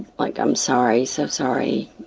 like i'm sorry, so sorry